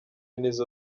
nizo